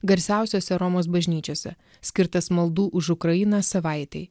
garsiausiose romos bažnyčiose skirtas maldų už ukrainą savaitei